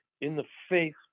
in-the-face